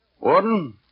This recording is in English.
Warden